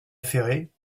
affairé